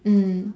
mm